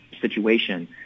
situation